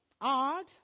odd